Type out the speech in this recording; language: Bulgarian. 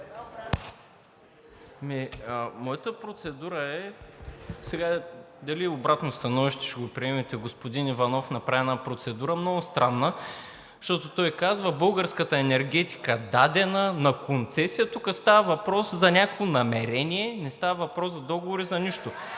Моята процедура е дали обратно становище ще го приемете… Господин Иванов направи една процедура – много странна. Защото той казва българската енергетика, дадена на концесия. Тук става въпрос за някакво намерение (шум и реплики), не става въпрос за договори – за нищо.